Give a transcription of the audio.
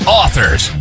authors